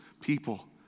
people